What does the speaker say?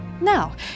Now